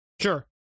Sure